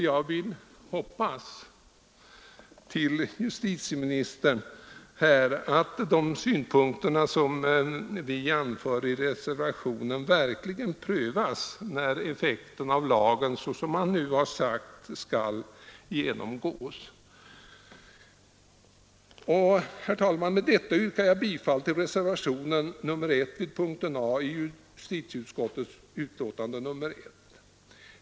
Jag vill till justitieministern säga att jag hoppas att de synpunkter som vi anför i reservationen verkligen prövas när effekten av lagen, såsom man nu har sagt, skall genomgås. Herr talman! Med detta yrkar jag bifall till reservationen 1 vid punkten A i justitieutskottets betänkande nr 1.